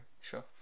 sure